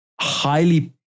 Highly